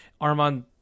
Armand